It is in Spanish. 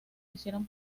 hicieron